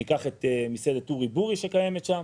ניקח את מסעדת אורי בורי שקיימת שם